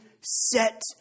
set